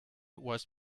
was